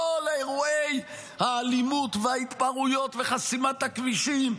אירועי האלימות וההתפרעויות וחסימת הכבישים,